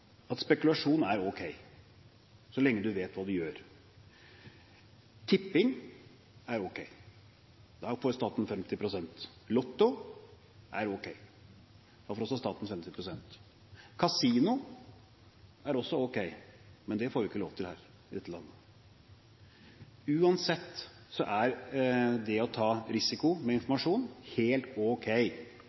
at spekulasjon er ok, så lenge du vet hva du gjør. Tipping er ok, da får staten 50 pst. Lotto er ok, da får også staten 50 pst. Kasino er også ok, men det er ikke lov her i dette landet. Uansett er det å ta risiko med informasjon helt